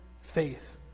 faith